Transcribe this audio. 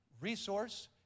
resource